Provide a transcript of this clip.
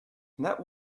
that